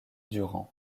durand